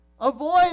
Avoid